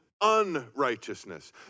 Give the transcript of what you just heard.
unrighteousness